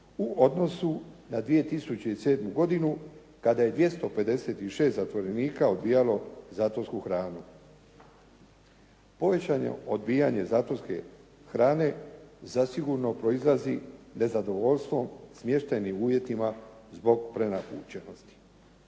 u odnosu na 2007. godinu kada je 256 zatvorenika odbijalo zatvorsku hranu. Povećano odbijanje zatvorske hrane zasigurno proizlazi nezadovoljstvom smještajnim uvjetima zbog prenapučenosti.